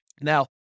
Now